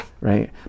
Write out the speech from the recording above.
right